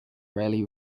rarely